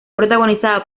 protagonizada